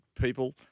People